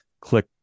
Click